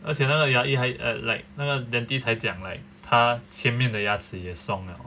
而且那个牙医还 like 那个 dentist 还讲 like 他那个前面的牙齿松了